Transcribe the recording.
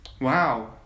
Wow